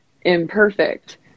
imperfect